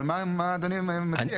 אבל מה אדוני מציע?